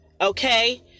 Okay